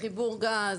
בחיבור גז,